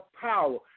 power